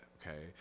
okay